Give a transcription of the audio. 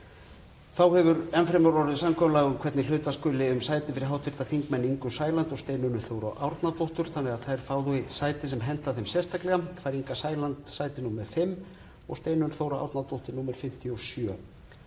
Þá hefur enn fremur orðið samkomulag um hvernig hluta skuli um sæti fyrir hv. þingmenn Ingu Sæland og Steinunni Þóru Árnadóttur þannig að þær fái sæti sem henta þeim sérstaklega. Fær Inga Sæland sæti 6 og Steinunn Þóra Árnadóttir sæti 57.